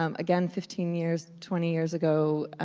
um again, fifteen years, twenty years ago,